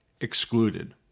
excluded